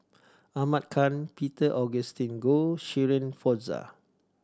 Ahmad Khan Peter Augustine Goh Shirin Fozdar